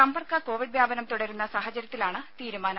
സമ്പർക്ക കോവിഡ് വ്യാപനം തുടരുന്ന സാഹചര്യത്തിലാണ് തീരുമാനം